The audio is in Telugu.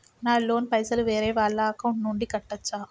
నా లోన్ పైసలు వేరే వాళ్ల అకౌంట్ నుండి కట్టచ్చా?